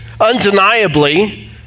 undeniably